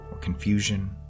confusion